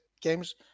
games